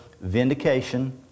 vindication